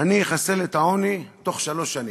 אני אחסל את העוני בתוך שלוש שנים.